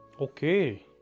Okay